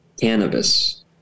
Cannabis